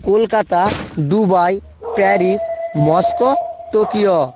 Kolkata Dubai Paris Moscow Tokyo